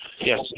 Yes